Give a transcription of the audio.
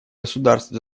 государств